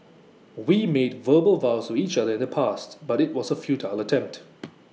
we made verbal vows to each other in the past but IT was A futile attempt